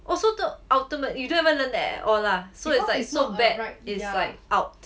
oh so to~ ultimate you don't even learn that at all lah it's so bad it's like out